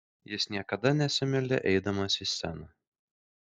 jis niekada nesimeldė eidamas į sceną